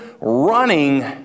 Running